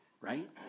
right